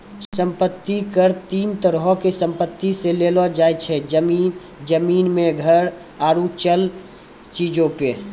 सम्पति कर तीन तरहो के संपत्ति से लेलो जाय छै, जमीन, जमीन मे घर आरु चल चीजो पे